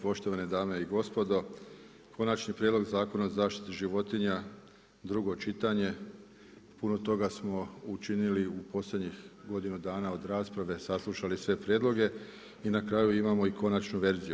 Poštovane dame i gospodo, Konačni prijedlog Zakona o zaštiti životinja, drugo čitanje, puno toga smo učinili u posljednjih godinu dana od rasprave, saslušali sve prijedloge i na kraju imamo i konačnu verziju.